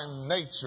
nature